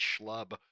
schlub